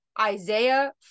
Isaiah